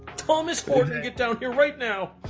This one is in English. thomas get down here right now.